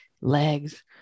legs